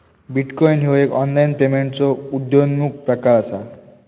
bitcoin ह्यो एक online पेमेंटचो उद्योन्मुख प्रकार असा